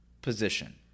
position